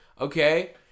Okay